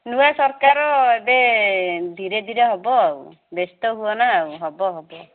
ନୂଆ ସରକାର ଏବେ ଧୀରେ ଧୀରେ ହେବ ଆଉ ବ୍ୟସ୍ତ ହୁଅନା ଆଉ ହେବ ହେବ